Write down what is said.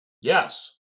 Yes